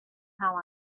how